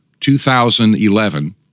2011